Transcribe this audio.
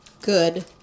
good